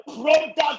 product